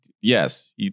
yes